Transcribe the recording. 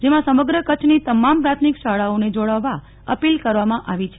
જેમાં સમગ્ર કચ્છની તમામ પ્રાથમિક શાળાઓને જોડાવવા અપીલ કરવામાં આવી છે